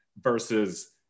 versus